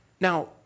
Now